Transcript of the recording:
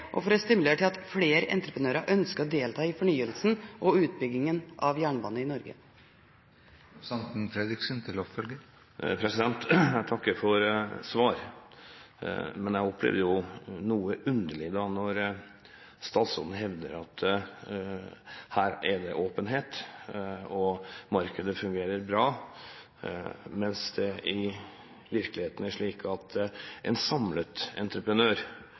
flere entreprenører ønsker å delta i fornyelsen og utbyggingen av jernbanen i Norge. Jeg takker for svaret. Men jeg opplever det som noe underlig når statsråden hevder at det her er åpenhet, og at markedet fungerer bra, mens det i virkeligheten er slik at en samlet